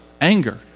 anger